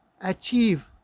achieve